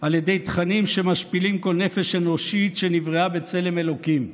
על ידי תכנים שמשפילים כל נפש אנושית שנבראה בצלם אלוקים.